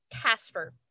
casper